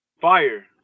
fire